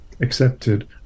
accepted